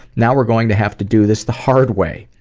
now we're going to have to do this the hard way.